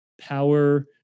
power